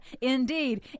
Indeed